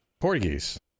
Portuguese